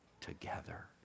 together